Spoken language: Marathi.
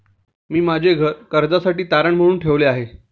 मी माझे घर कर्जासाठी तारण म्हणून ठेवले आहे